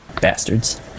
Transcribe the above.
Bastards